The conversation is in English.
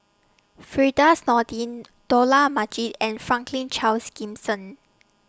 Firdaus Nordin Dollah Majid and Franklin Charles Gimson